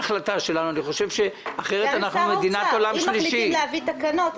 אם מחליטים להביא תקנות,